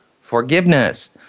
forgiveness